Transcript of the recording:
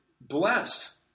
blessed